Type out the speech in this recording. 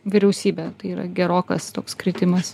vyriausybe tai yra gerokas toks kritimas